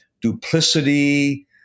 duplicity